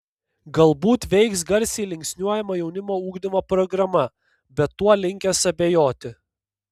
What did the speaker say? galbūt veiks garsiai linksniuojama jaunimo ugdymo programa bet tuo linkęs abejoti